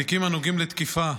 בתיקים הנוגעים לתקיפה,